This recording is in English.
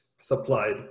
supplied